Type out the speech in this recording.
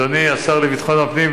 אדוני השר לביטחון הפנים,